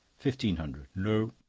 fifteen hundred. no.